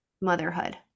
motherhood